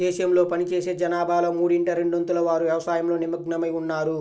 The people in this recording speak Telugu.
దేశంలో పనిచేసే జనాభాలో మూడింట రెండొంతుల వారు వ్యవసాయంలో నిమగ్నమై ఉన్నారు